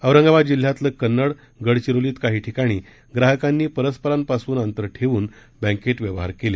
औरंगाबाद जिल्ह्यातलं कन्नड गडचिरोलीत काही ठिकाणी ग्राहकांनी परस्परांपासून अंतर ठेवून बँकेत व्यवहार केले